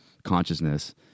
consciousness